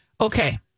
Okay